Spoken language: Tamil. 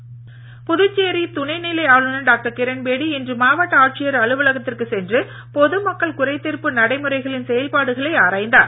கிரண்பேடி புதுச்சேரி துணை நிலை ஆளுநர் டாக்டர் கிரண்பேடி இன்று மாவட்ட ஆட்சியர் அலுவலகத்திற்கு சென்று பொது மக்கள் குறைதீர்ப்பு நடைமுறைகளின் செயல்பாடுகளை ஆராய்ந்தார்